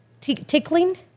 tickling